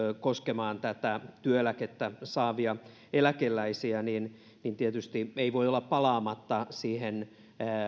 koskemaan työeläkettä saavia eläkeläisiä niin niin tietysti ei voi olla palaamatta siihen